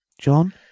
John